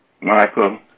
Michael